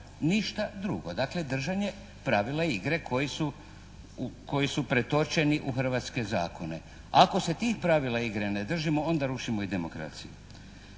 Ništa drugo. Dakle, držanje pravila igre koji su pretočeni u hrvatske zakone. Ako se tih pravila igre ne držimo, onda rušimo i demokraciju.